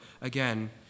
again